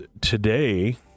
today